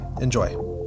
enjoy